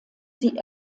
sie